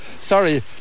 Sorry